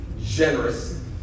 generous